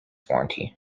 warranty